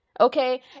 okay